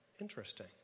interesting